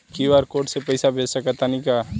QR code से पईसा भेज सक तानी का?